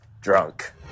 drunk